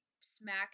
smack